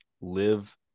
live